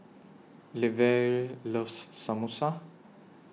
Levie loves Samosa